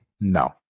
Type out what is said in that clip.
No